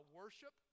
worship